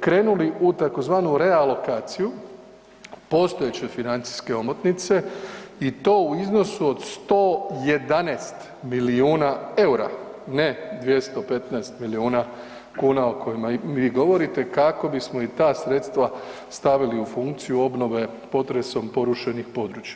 krenuli u tzv. realokaciju postojeće financijske omotnice i to u iznosu od 111 milijuna EUR-a, ne 215 milijuna kuna o kojima vi govorite, kako bismo i ta sredstava stavili u funkciju obnove potresom porušenih područja.